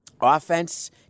offense